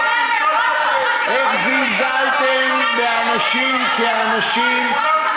אתה זלזלת בכל העולם, זלזלתם באנשים כאנשים.